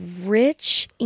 Rich